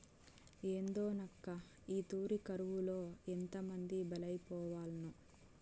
ఏందోనక్కా, ఈ తూరి కరువులో ఎంతమంది బలైపోవాల్నో